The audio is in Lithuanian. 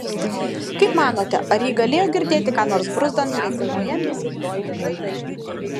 kaip manote ar ji galėjo girdėti ką nors bruzdant gretimoje misis doili kajutėje